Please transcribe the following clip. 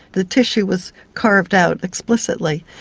the tissue was carved out explicitly,